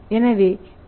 எனவே திரு